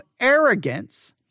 arrogance